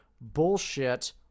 bullshit